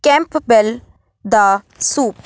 Campbell ਦਾ soup